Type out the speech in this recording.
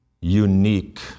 unique